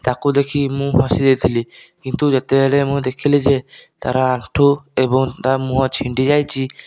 ତାକୁ ଦେଖି ମୁଁ ହସି ଦେଇଥିଲି କିନ୍ତୁ ଯେତେବେଳେ ମୁଁ ଦେଖିଲି ଯେ ତାର ଆଣ୍ଠୁ ଏବଂ ତା ମୁହଁ ଛିଣ୍ଡି ଯାଇଛି